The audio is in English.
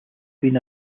been